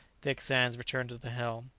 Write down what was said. dick sands returned to the helm.